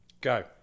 Go